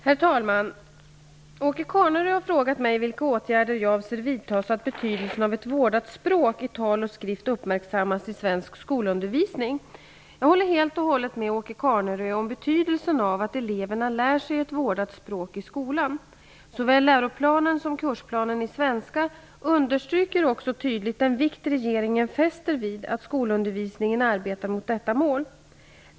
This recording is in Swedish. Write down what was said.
Herr talman! Åke Carnerö har frågat mig vilka åtgärder jag avser vidta så att betydelsen av ett vårdat språk i tal och skrift uppmärksammas i svensk skolundervisning. Jag håller helt och hållet med Åke Carnerö om betydelsen av att eleverna lär sig ett vårdat språk i skolan. Såväl läroplanen som kursplanen i svenska understryker också tydligt den vikt regeringen fäster vid att skolundervisningen arbetar mot detta mål.